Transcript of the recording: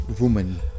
woman